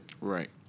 Right